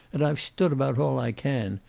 and i've stood about all i can.